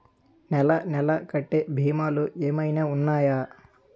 నెల నెల కట్టే భీమాలు ఏమైనా ఉన్నాయా?